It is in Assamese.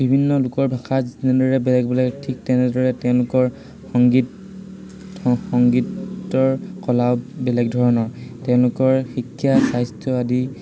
বিভিন্ন লোকৰ ভাষাত যেনেদৰে বেলেগ বেলেগ ঠিক তেনেদৰে তেওঁলোকৰ সংগীত সংগীতৰ কলাও বেলেগ ধৰণৰ তেওঁলোকৰ শিক্ষা স্বাস্থ্য আদি